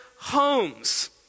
homes